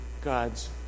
God's